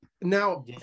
Now